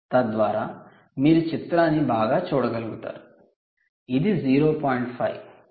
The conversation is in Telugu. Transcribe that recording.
తద్వారా మీరు చిత్రాన్ని బాగా చూడగలుగుతారు ఇది 0